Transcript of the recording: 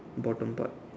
bottom part